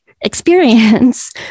experience